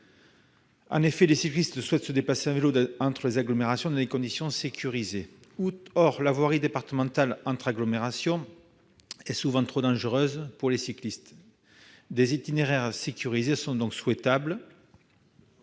en plus de cyclistes souhaitent se déplacer en vélo entre les agglomérations dans des conditions sécurisées. Or la voirie départementale entre les agglomérations est souvent trop dangereuse pour eux. Des itinéraires sécurisés sont donc souhaitables.